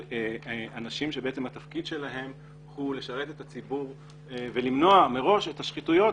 אנשים שבעצם התפקיד שלהם הוא לשרת את הציבור ולמנוע מראש את השחיתויות